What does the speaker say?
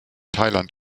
thailand